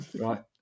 right